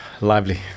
lively